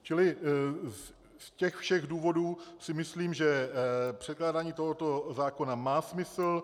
Čili z těch všech důvodů si myslím, že předkládání tohoto zákona má smysl.